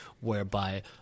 whereby